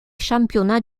championnats